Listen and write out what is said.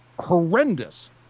horrendous